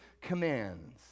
commands